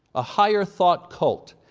a higher thought cult.